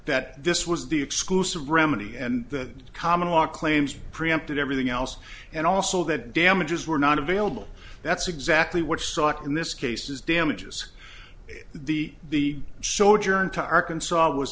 that this was the exclusive remedy and the common law claims preempted everything else and also that damages were not available that's exactly what sought in this case is damages the the show journey to arkansas was